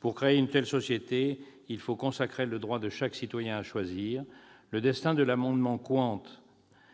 Pour créer une telle société, il faut consacrer le droit de chaque citoyen à choisir ! Le destin de l'amendement Qwant,